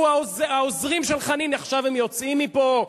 העוזרים של חנין עכשיו יוצאים מפה.